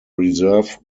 reserve